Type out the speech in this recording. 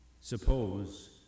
suppose